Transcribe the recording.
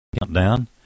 countdown